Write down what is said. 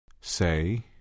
Say